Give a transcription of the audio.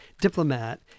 diplomat